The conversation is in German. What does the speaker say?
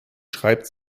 schreibt